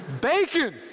Bacon